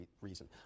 reason